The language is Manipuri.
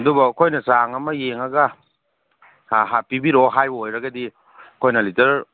ꯑꯗꯨꯕꯨ ꯑꯩꯈꯣꯏꯅ ꯆꯥꯡ ꯑꯃ ꯌꯦꯡꯉꯒ ꯄꯤꯕꯤꯔꯛꯑꯣ ꯍꯥꯏꯕ ꯑꯣꯏꯔꯒꯗꯤ ꯑꯩꯈꯣꯏꯅ ꯂꯤꯇꯔ